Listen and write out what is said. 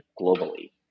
globally